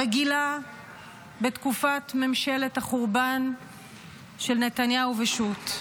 רגילה בתקופת ממשלת החורבן של נתניהו ושות'.